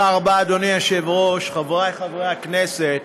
אדוני היושב-ראש, תודה רבה, חברי חברי הכנסת,